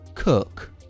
Cook